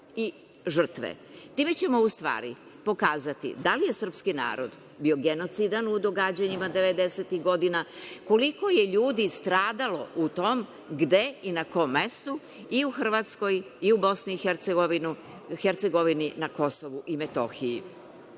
i žrtve. Time ćemo u stvari pokazati da li je srpski narod bio genocidan u događanjima 90-ih godina, koliko je ljudi stradalo u tom, gde i na kom mestu i Hrvatskoj i u Bosni i Hercegovini, na Kosovu i Metohiji.